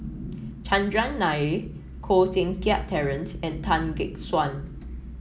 Chandran Nair Koh Seng Kiat Terence and Tan Gek Suan